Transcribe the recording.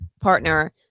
partner